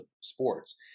sports